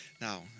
Now